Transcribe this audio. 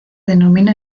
denomina